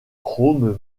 chrome